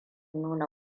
nuna